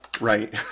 Right